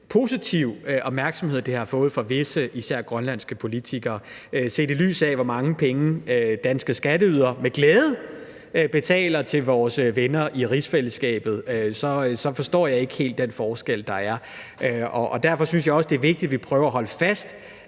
positive opmærksomhed, det har fået fra visse, især grønlandske, politikere. Set i lyset af hvor mange penge danske skatteydere med glæde betaler til vores venner i rigsfællesskabet, forstår jeg ikke helt den forskel, der er. Derfor synes jeg også, det er vigtigt, at vi prøver at holde fast